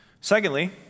Secondly